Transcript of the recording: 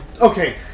Okay